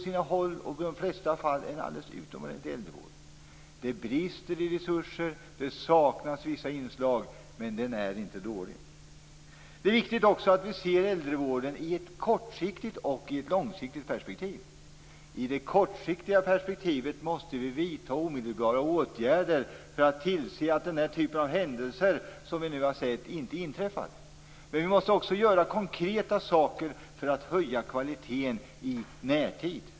I de flesta fall är äldrevården utomordentligt bra. Det brister i fråga om resurser, och det saknas vissa inslag, men äldrevården är inte dålig. Det är också viktigt att vi ser äldrevården i ett kortsiktigt och i ett långsiktigt perspektiv. I det kortsiktiga perspektivet måste vi vidta omedelbara åtgärder för att tillse att den typen av händelser som vi nu har sett inte inträffar. Men vi måste också göra konkreta saker för att höja kvaliteten i närtid.